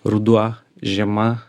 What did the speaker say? ruduo žiema